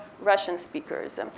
Russian-speakers